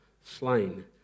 slain